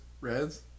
Reds